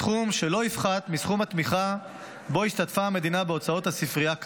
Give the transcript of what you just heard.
בסכום שלא יפחת מסכום התמיכה שבו השתתפה המדינה בהוצאות הספרייה,